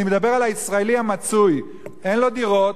אני מדבר על הישראלי המצוי, אין לו דירות,